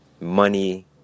money